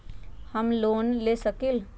हम लोन ले सकील?